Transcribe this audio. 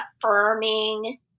affirming